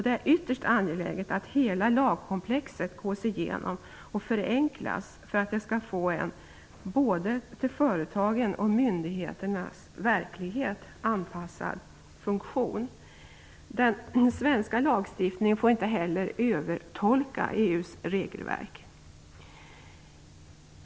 Det är ytterst angeläget att hela lagkomplexet gås igenom och förenklas för att det skall få en både till företagens och myndigheternas verklighet anpassad funktion. Den svenska lagstiftningen får inte heller övertolka EU:s regelverk.